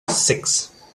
six